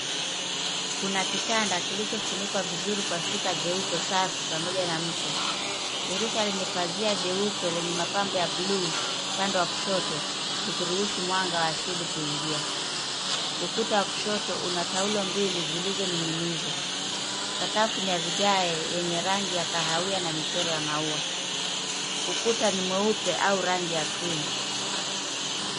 Kuna kitanda kilichofunikwa vizuri kwa shuka jeupe safi pamoja na mto. Dirisha lenye pazia jeupe lenye mapambo ya buluu, upande wa kushoto likiruhusu mwanga asili kuingia. Ukuta wa kushoto una taulo mbili zilizoning'inizwa. Sakafu ni ya vigae yenye rangi ya kahawia na michoro ya maua. Ukuta ni mweupe au rangi ya cream .